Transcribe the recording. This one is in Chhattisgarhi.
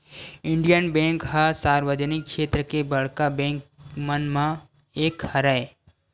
इंडियन बेंक ह सार्वजनिक छेत्र के बड़का बेंक मन म एक हरय